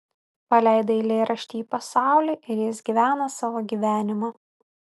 paleidai eilėraštį į pasaulį ir jis gyvena savo gyvenimą